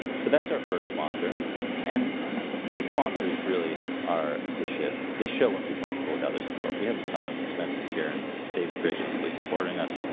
so that's our first sponsor and these sponsors really are the shit this show won't be possible with other sport we have a ton of expenses here, and they've graciously supporting us,